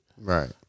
Right